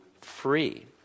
free